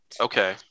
Okay